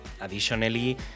Additionally